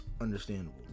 understandable